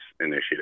initiative